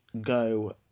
go